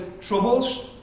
troubles